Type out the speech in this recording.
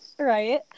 Right